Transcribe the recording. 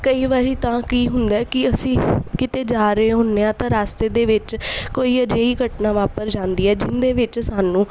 ਕਈ ਵਾਰ ਤਾਂ ਕੀ ਹੁੰਦਾ ਹੈ ਕਿ ਅਸੀਂ ਕਿਤੇ ਜਾ ਰਹੇ ਹੁੰਦੇ ਹਾਂ ਤਾਂ ਰਸਤੇ ਦੇ ਵਿੱਚ ਕੋਈ ਅਜਿਹੀ ਘਟਨਾ ਵਾਪਰ ਜਾਂਦੀ ਹੈ ਜਿਹਦੇ ਵਿੱਚ ਸਾਨੂੰ